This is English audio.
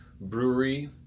Brewery